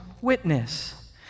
witness